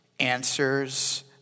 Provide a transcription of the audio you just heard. answers